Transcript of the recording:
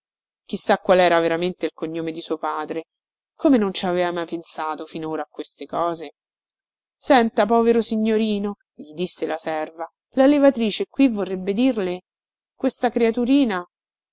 sa qual era veramente il cognome di suo padre come non ci aveva mai pensato finora a queste cose senta povero signorino gli disse la serva la levatrice qui vorrebbe dirle questa creaturina